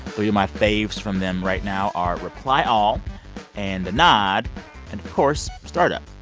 three of my faves from them right now are reply all and the nod and course startup.